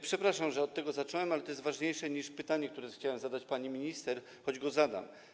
Przepraszam, że od tego zacząłem, ale to jest ważniejsze niż pytanie, które chciałem zadać pani minister, choć je zadam.